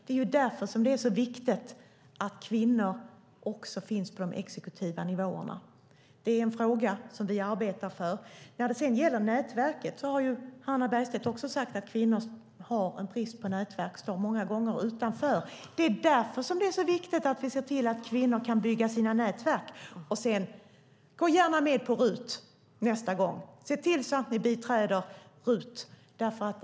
Det är därför som det är så viktigt att kvinnor också finns på de exekutiva nivåerna. Det är en fråga som vi arbetar med. Hannah Bergstedt har också sagt att kvinnor har en brist på nätverk och många gånger står utanför. Det är därför som det är så viktigt att vi ser till att kvinnor kan bygga sina nätverk. Se till att ni biträder RUT nästa gång!